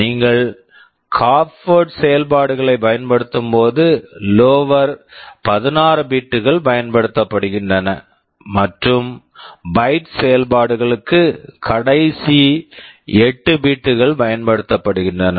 நீங்கள் half half word word செயல்பாடுகளைப் பயன்படுத்தும்போது லோவர் lower 16 பிட் bit கள் பயன்படுத்தப்படுகின்றன மற்றும் பைட் byte செயல்பாடுகளுக்கு கடைசி 8 பிட் bit கள் பயன்படுத்தப்படுகின்றன